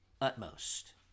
utmost